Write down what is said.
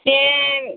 बे